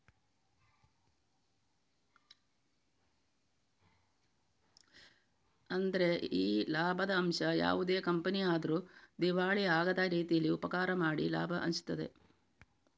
ಅಂದ್ರೆ ಈ ಲಾಭದ ಅಂಶ ಯಾವುದೇ ಕಂಪನಿ ಆದ್ರೂ ದಿವಾಳಿ ಆಗದ ರೀತೀಲಿ ಉಪಕಾರ ಮಾಡಿ ಲಾಭ ಹಂಚ್ತದೆ